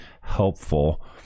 helpful